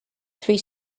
three